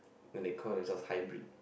then they call themselves hybrid